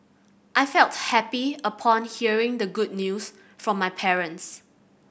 I felt happy upon hearing the good news from my parents